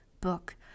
book